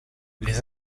les